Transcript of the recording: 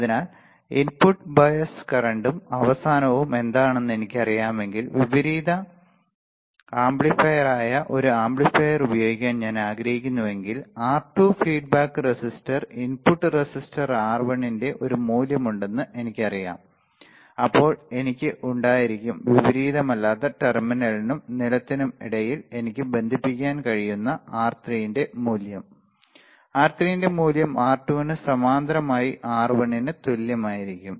അതിനാൽ input bias കറന്റും അവസാനവും എന്താണെന്ന് എനിക്കറിയാമെങ്കിൽ വിപരീത ആംപ്ലിഫയറായ ഒരു ആംപ്ലിഫയർ ഉപയോഗിക്കാൻ ഞാൻ ആഗ്രഹിക്കുന്നുവെങ്കിൽ R2 feedback resistor input resistor R1 ന്റെ ഒരു മൂല്യമുണ്ടെന്ന് എനിക്കറിയാം അപ്പോൾ എനിക്ക് ഉണ്ടായിരിക്കും വിപരീതമല്ലാത്ത ടെർമിനലിനും നിലത്തിനും ഇടയിൽ എനിക്ക് ബന്ധിപ്പിക്കാൻ കഴിയുന്ന R3 ന്റെ മൂല്യം R3 ന്റെ മൂല്യം R2 ന് സമാന്തരമായി R1 ന് തുല്യമായിരിക്കും